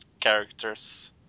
characters